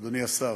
אדוני השר,